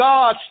God